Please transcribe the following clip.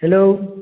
hello